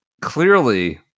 clearly